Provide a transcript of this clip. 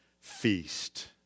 feast